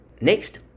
Next